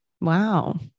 Wow